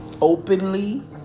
openly